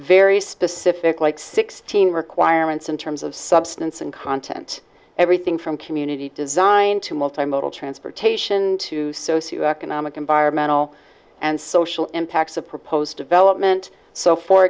very specific like sixteen requirements in terms of substance and content everything from community design to multi modal transportation to socio economic environmental and social impacts of proposed development so for